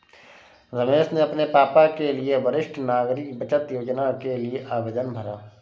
रमेश ने अपने पापा के लिए वरिष्ठ नागरिक बचत योजना के लिए आवेदन भरा